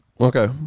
Okay